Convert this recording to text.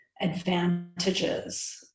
advantages